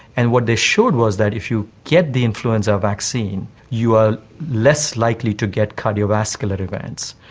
and what they showed was that if you get the influenza vaccine you are less likely to get cardiovascular events.